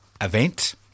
event